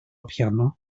piano